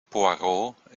poirot